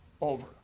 over